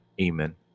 Amen